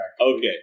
Okay